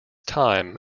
time